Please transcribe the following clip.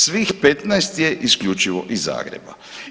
Svih 15 je isključivo iz Zagreba.